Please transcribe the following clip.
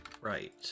Right